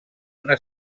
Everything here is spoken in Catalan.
una